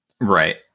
Right